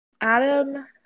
Adam